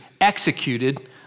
executed